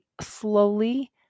slowly